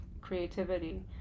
creativity